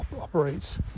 operates